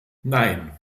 nein